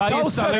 אתה עושה בליץ,